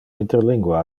interlingua